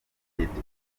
n’igihe